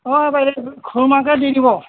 অঁ বাইদেউ খুৰমাকে দি দিব